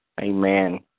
Amen